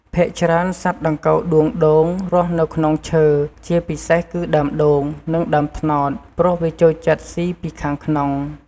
ភាគច្រើន សត្វដង្កូវដួងដូងរស់នៅក្នុងឈើ ជាពិសេសគឺ ដើមដូង និងដើមត្នោត ព្រោះវាចូលចិត្តស៊ីពីខាងក្នុង ។